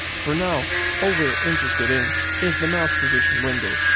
for now, all we are interested in is the mouse position window.